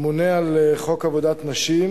הממונה על חוק עבודת נשים